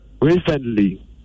recently